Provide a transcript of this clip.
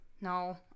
No